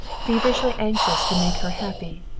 feverishly anxious to make her happy,